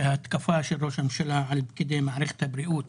שההתקפה של ראש הממשלה על פקידי מערכת הבריאות